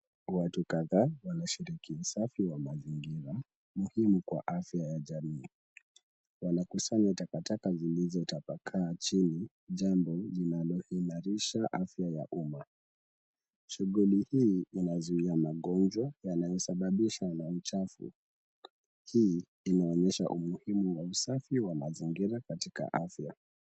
Watu kadhaa wanashiriki usafi wa mazingira ni muhimu kwa afya ya jamii . Wanakusanya takataka zilizotapakaa chini . Jambo linaloimarisha afya ya umma . Shughuli hii inazuia magonjwa yanayosababishwa na uchafu . Hii inaonyesha umuhimu wa usafi wa mazingira katika afya.